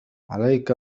عليك